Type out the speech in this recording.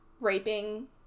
raping